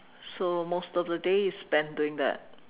so most of the day is spent doing that